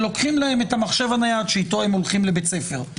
שלוקחים להם את המחשב הנייד שאיתו הם הולכים לבית הספר,